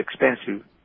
expensive